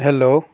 hello